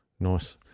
Nice